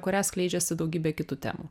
kurią skleidžiasi daugybė kitų temų